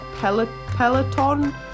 peloton